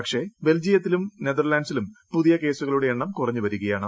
പക്ഷേ ബെൽജിയത്തിലും നെതർലാൻഡ്സിലും പുതിയ കേസുകളുടെ എണ്ണം കുറഞ്ഞു വരികയാണ്